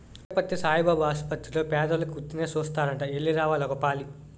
పుట్టపర్తి సాయిబాబు ఆసపత్తిర్లో పేదోలికి ఉత్తినే సూస్తారట ఎల్లి రావాలి ఒకపాలి